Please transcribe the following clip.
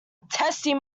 testing